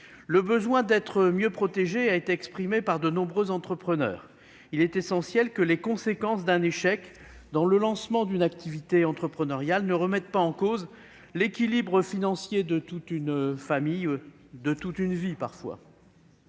le besoin d'être mieux protégés. Il est essentiel que les conséquences d'un échec dans le lancement d'une activité entrepreneuriale ne remettent pas en cause l'équilibre financier de toute une famille, de toute une vie parfois.